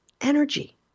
energy